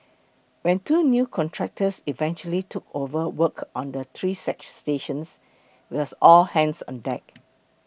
when two new contractors eventually took over work on the three stations wells all hands on deck